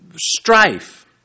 Strife